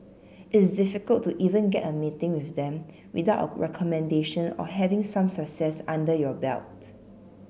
it's difficult to even get a meeting with them without a recommendation or having some success under your belt